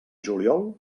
juliol